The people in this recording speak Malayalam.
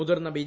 മുതിർന്ന ബി